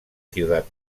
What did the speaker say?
ciudad